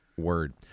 word